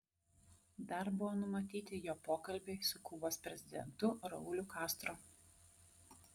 dar buvo numatyti jo pokalbiai su kubos prezidentu rauliu castro